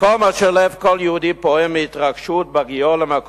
מקום אשר לב כל יהודי פועם מהתרגשות בהגיעו אליו,